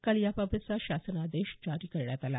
काल याबाबतचा शासन आदेश जारी करण्यात आला